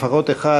לפחות אחד,